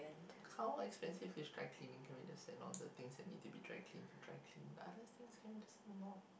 how expensive is dry cleaning to either set on the things that need to be dry clean to dry clean